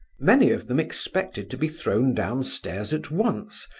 many of them expected to be thrown downstairs at once,